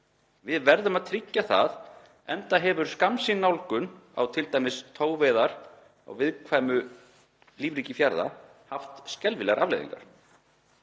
Við verðum að tryggja það, enda hefur skammsýn nálgun á togveiðar á viðkvæmu lífríki fjarða haft skelfilegar afleiðingar.